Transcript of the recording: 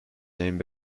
name